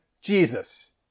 Jesus